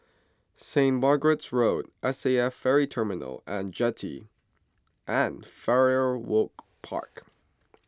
Saint Margaret's Road S A F Ferry Terminal and Jetty and Farrer Walk Park